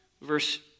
verse